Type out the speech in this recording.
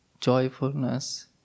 joyfulness